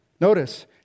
Notice